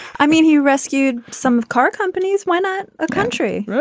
i mean, he rescued some car companies. why not a country?